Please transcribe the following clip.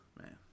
man